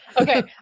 Okay